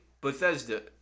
Bethesda